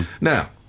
Now